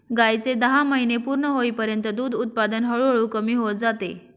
गायीचे दहा महिने पूर्ण होईपर्यंत दूध उत्पादन हळूहळू कमी होत जाते